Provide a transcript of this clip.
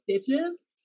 stitches